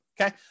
okay